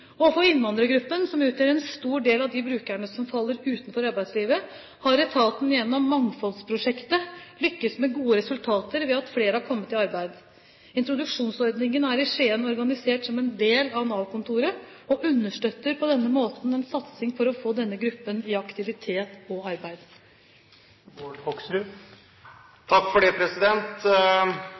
innvandrergruppen, som utgjør en stor del av de brukerne som faller utenfor arbeidslivet, har etaten gjennom Mangfoldsprosjektet lyktes med gode resultater ved at flere har kommet i arbeid. Introduksjonsordningen er i Skien organisert som en del av Nav-kontoret og understøtter på denne måten en satsing for å få denne gruppen i aktivitet og arbeid. Det er godt å høre det